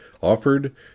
offered